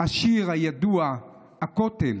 השיר הידוע "הכותל":